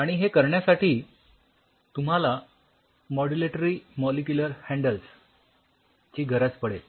आणि हे करण्यासाठी तुम्हाला मॉड्युलेटरी मॉलिक्युलर हॅण्डल्स ची गरज पडेल